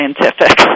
scientific